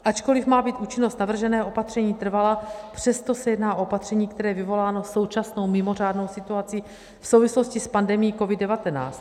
Ačkoliv má být účinnost navrženého opatření trvalá, přesto se jedná o opatření, které je vyvoláno současnou mimořádnou situací v souvislosti s pandemií COVID19.